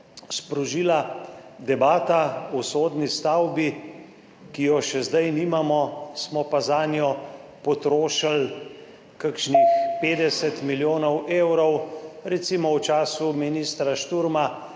sprožila debata o sodni stavbi, ki jo še zdaj nimamo, smo pa zanjo potrošili kakšnih 50 milijonov evrov, recimo v času ministra Šturma